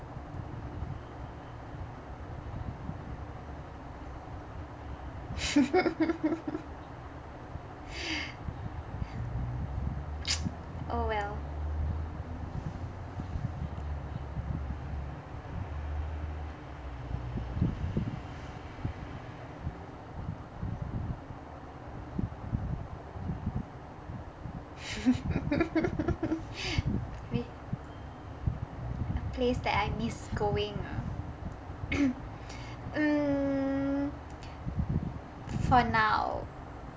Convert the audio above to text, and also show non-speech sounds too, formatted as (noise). (laughs) (noise) oh well (laughs) a place that I miss going ah (breath) mm for now